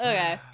Okay